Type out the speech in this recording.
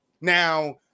Now